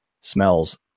smells